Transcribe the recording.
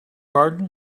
pardon